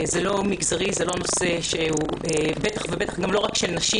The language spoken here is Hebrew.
זה לא מגזרי, ובטח לא רק של נשים.